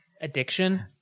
addiction